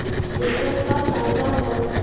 ऐकर का फायदा हव?